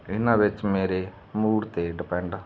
ਇਹਨਾਂ ਵਿੱਚ ਮੇਰੇ ਮੂੜ 'ਤੇ ਡਿਪੈਂਡ